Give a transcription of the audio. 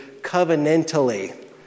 covenantally